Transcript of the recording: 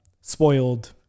spoiled